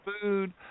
food